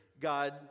God